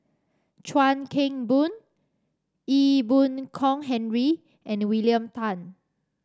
Chuan Keng Boon Ee Boon Kong Henry and William Tan